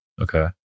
Okay